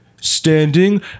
standing